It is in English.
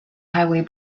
highway